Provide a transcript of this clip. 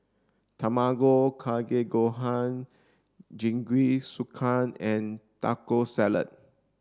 Tamago Kake Gohan Jingisukan and Taco Salad